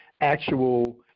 actual